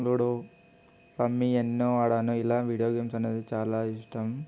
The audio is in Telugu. లూడో రమ్మీ ఎన్నో ఆడాను ఇలా వీడియో గేమ్స్ అనేది చాలా ఇష్టం